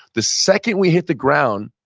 the second we hit the ground,